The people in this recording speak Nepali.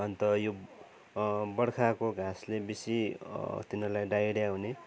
अन्त यो बर्खाको घाँसले बेसी तिनीहरूलाई डाइरिया हुने